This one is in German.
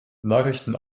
nachrichten